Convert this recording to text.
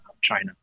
China